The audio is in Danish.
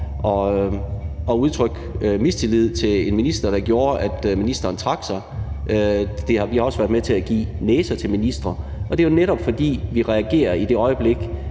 at udtrykke mistillid til en minister, hvilket gjorde, at ministeren trak sig. Vi har også været med til at give næser til ministre. Det er jo netop, fordi vi reagerer i det øjeblik,